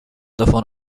davon